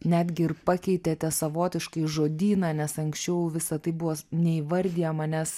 netgi ir pakeitėte savotiškai žodyną nes anksčiau visa tai buvo neįvardijama nes